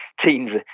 teens